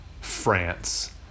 France